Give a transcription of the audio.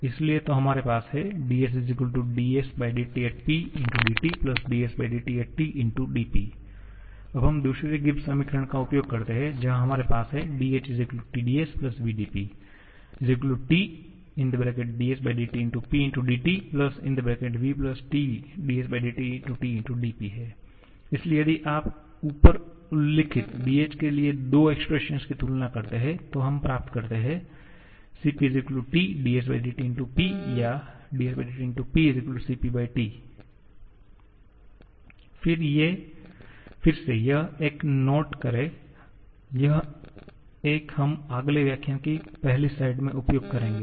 इसलिए तो हमारे पास है 𝑑s sTP dTsTT dP अब हम दूसरे गिब्स समीकरण का उपयोग करते हैं जहां हमारे पास है dh Tds vdP TsTP dTvTsTTdP इसलिए यदि आप ऊपर उल्लिखित dh के लिए दो एक्सप्रेशन की तुलना करते हैं तो हम प्राप्त करते हैं CpTsTP या sTPCpT फिर से यह एक नोट करें यह एक हम अगले व्याख्यान की पहली स्लाइड में उपयोग करेंगे